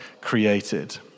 created